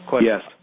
Yes